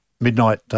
Midnight